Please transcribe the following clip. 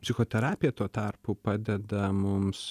psichoterapija tuo tarpu padeda mums